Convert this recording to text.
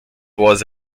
was